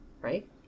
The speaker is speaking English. Right